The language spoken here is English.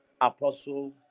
apostle